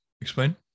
explain